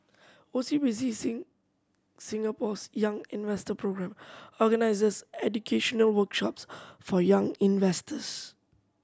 O C B C Singapore's Young Investor Programme organizes educational workshops for young investors